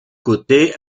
côtés